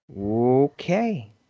Okay